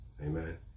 Amen